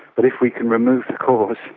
but if we can remove the cause,